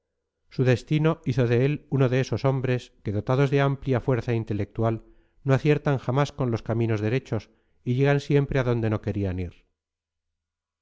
su destino hizo de él uno de esos hombres que dotados de amplia fuerza intelectual no aciertan jamás con los caminos derechos y llegan siempre a donde no querían ir